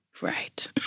right